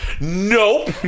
Nope